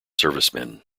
servicemen